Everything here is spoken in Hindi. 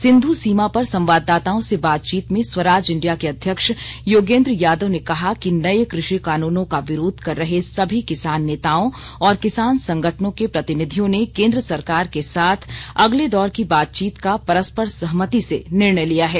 सिंध् सीमा पर संवाददाताओं से बातचीत में स्वराज इंडिया के अध्यक्ष योगेन्द्रर यादव ने कहा कि नये कृषि कानूनों का विरोध कर रहे सभी किसान नेताओं और किसान संगठनों के प्रतिनिधियों ने केन्द्र सरकार के साथ अगले दौर की बातचीत का परस्पर सहमति से निर्णय लिया है